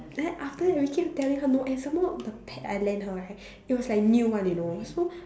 then after that we keep telling her no and some more the pad I lend her right it was like new one you know so